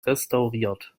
restauriert